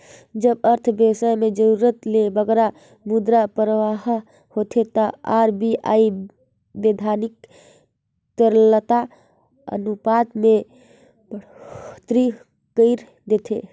जब अर्थबेवस्था में जरूरत ले बगरा मुद्रा परवाह होथे ता आर.बी.आई बैधानिक तरलता अनुपात में बड़होत्तरी कइर देथे